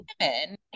women